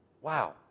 Wow